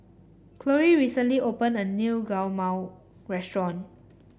Chloie recently opened a new Guacamole restaurant